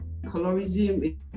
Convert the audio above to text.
colorism